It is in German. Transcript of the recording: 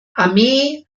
armee